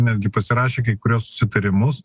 netgi pasirašė kai kuriuos susitarimus